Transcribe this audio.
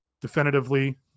definitively